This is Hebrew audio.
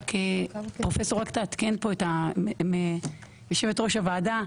פרופ' רק תעדכן כאן את יושבת ראש הוועדה,